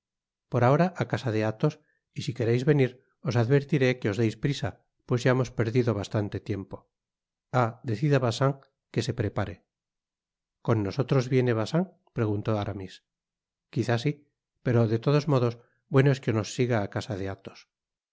por ahora á casa de athos y si quereis venir os advertiré que os deis prisa pues ya hemos perdido bastante tiempo ah decid á bacin que se prepare con nosotros viene bacin preguntó aramis quizá sí pero de todos modos bueno es que nos siga á casa de athos